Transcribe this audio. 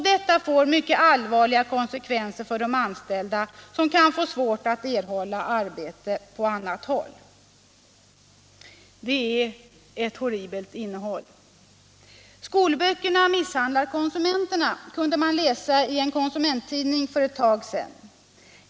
Detta får mycket allvarliga konsekvenser för de anställda som kan få svårt att erhålla arbete på annat håll.” Det är ett horribelt innehåll. Skolböckerna misshandlar konsumenterna, kunde man läsa i en konsumenttidning för ett tag sedan.